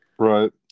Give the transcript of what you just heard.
Right